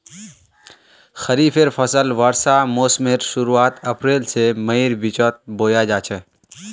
खरिफेर फसल वर्षा मोसमेर शुरुआत अप्रैल से मईर बिचोत बोया जाछे